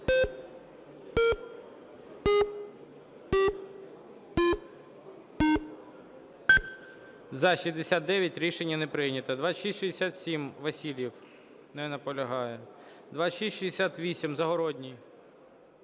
За-69 Рішення не прийнято. 2667. Васильєв. Не наполягає. 2668. Загородній.